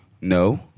No